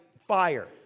fire